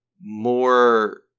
more